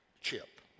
Chip